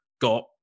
got